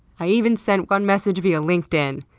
i even sent one message via linkedin.